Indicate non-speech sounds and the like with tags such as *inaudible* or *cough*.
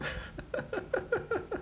*laughs*